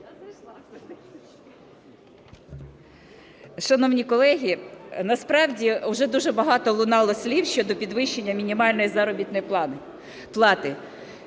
Шановні колеги, насправді вже дуже багато лунало слів щодо підвищення мінімальної заробітної плати.